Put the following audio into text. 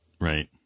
Right